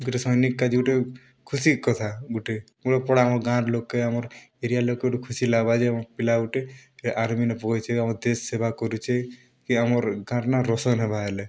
ଗୁଟେ ସୈନିକ୍ କା'ଯେ ଗୁଟେ ଖୁସିର୍ କଥା ଗୁଟେ ଗୁଟେ ପଡ଼ା ଆମର୍ ଗାଁ'ର୍ ଲୋକ୍ କେ ଆମର୍ ଏରିଆ ଲୋକ୍ କୁ ଗୁଟେ ଖୁସି ଲାଗ୍ବା ଯେ ଆମ ପିଲା ଗୁଟେ ଏ ଆର୍ମିନେ ପକେଇଛେ ଆମର୍ ଦେଶ୍ ସେବା କରୁଛେ କି ଆମର୍ ଗାଁ'ର୍ ନାଁ ରୋସନ୍ ହେବା ହେଲେ